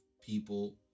people